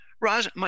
Roz